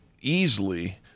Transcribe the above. easily